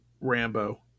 rambo